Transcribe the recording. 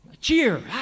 Cheer